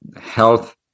health